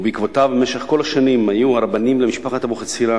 ובעקבותיו במשך בכל השנים היו הרבנים למשפחת אבוחצירא